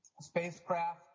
spacecraft